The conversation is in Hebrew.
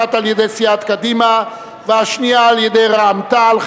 אחת על-ידי סיעת קדימה והשנייה על-ידי רע"ם-תע"ל,